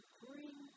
bring